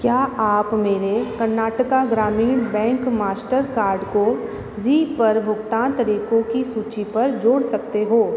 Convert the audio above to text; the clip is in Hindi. क्या आप मेरे कर्नाटक ग्रामीण बैंक मास्टरकार्ड को ज़ी पर भुगतान तरीकों की सूची पर जोड़ सकते हो